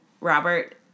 Robert